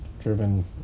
driven